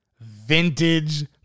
Vintage